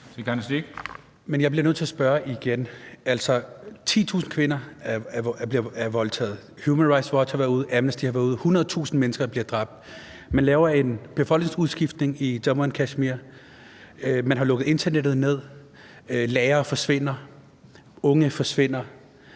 Jeg bliver nødt til at spørge igen. Der er 10.000 kvinder, der er voldtaget. Human Rights Watch og Amnesty International har været ude med det. 100.000 mennesker er blevet dræbt, og man laver en befolkningsudskiftning i Jammu og Kashmir. Man har lukket internettet ned; lærere og unge forsvinder.